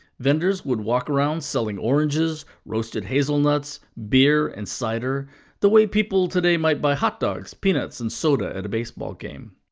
vendors would walk around selling oranges, roasted hazelnuts, beer and cider the way people today might buy hot dogs, peanuts and soda at a baseball game.